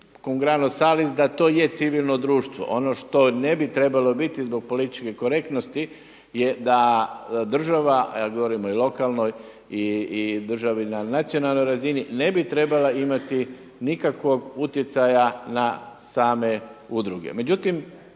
da to je civilno društvo. Ono što ne bi trebalo biti zbog političke korektnosti je da država, ja govorim i o lokalnoj i državi na nacionalnoj razini, ne bi trebala imati nikakvog utjecaja na same udruge.